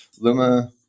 Luma